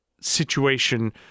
situation